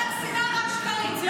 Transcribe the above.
רק שנאה, רק שקרים.